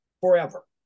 forever